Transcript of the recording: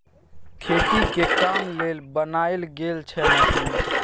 खेती के काम लेल बनाएल गेल छै मशीन